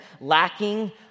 lacking